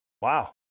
wow